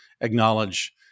acknowledge